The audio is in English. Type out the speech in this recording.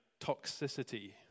toxicity